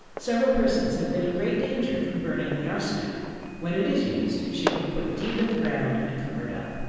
several persons have been in great danger from burning the arsenic when it is used it should be put deep in the ground and covered up.